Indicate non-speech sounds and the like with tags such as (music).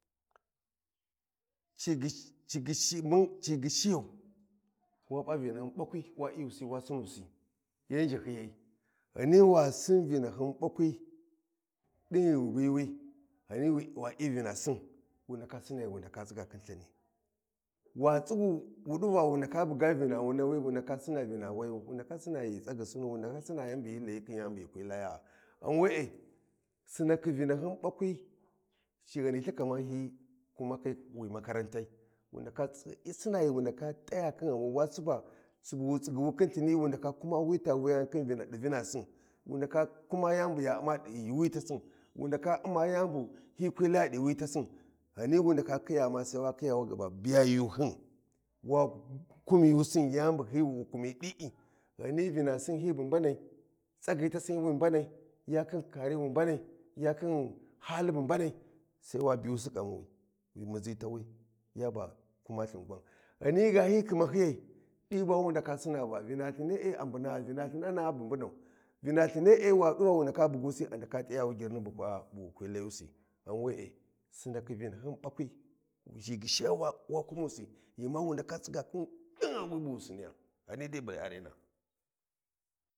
(unintelligible) ci ghishiyau wa pa vinahyin fakwi wa iyu si wa sinnusi yan zhahyiyai Ghani wasin vinahyin bakwai din ghi wu bi wi Ghani wassin vinasin wu ndaka sina ghi wu ndaka tsiga khin lthini wa tsigu wu diva wu ndaka buga vinawu nawi wu ndaka sina vina wayu wu ndaka sina ghi tsaghi sinu wu ndaka sina yani bu hyi layi khin yani bu hyi kwi laya’a ghan we’e shinakhi vinahyun bakwi ci Ghani lthi kaman hyi kumakhi wi makaran tai wu ndaka sina ghi wu ndaka t’aya khin ghanwi wa siba subu wu tsigiwi khin wani wa kuma wi ta wuya ni di vinasin wu ndaka kuma yani buy a umma di yuutasin wu ndaka kuma yani Ghani wu ndaka khiya ma sai wa khiya wa ga ba biya yuughi wa kumiyusin yani bu hyi wu kumi di’e Ghani vinasin hyi bu mbanai tsagi tasin hyi wi mbanai ya khin. Kariya wi mbanai ya khin hali bu mbanai sai wa biyusi di ghamai di muzi tawi yaba kuma lthingwan Ghani ga hyi khimahyi yai di ba wu ndaka sinna vina lthini e a mbuna vina lthinana’a bu mbunau vina lthini’e wa du va wu ndaka bughu si a ndaka t’ayawu gyirni bu wu kwi layusi ghan we e sinakhi vina hyun bakwi ci ghishiya ma wa kunmusi ghi ma wu ndaka tsiga khin dingha bu wu siniya Ghani dai buy arena.